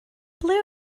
ble